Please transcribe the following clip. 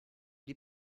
die